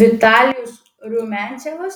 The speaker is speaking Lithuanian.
vitalijus rumiancevas